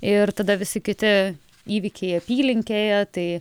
ir tada visi kiti įvykiai apylinkėje tai